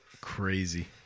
Crazy